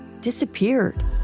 disappeared